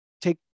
Take